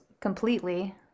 completely